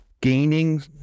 gaining